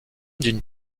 d’une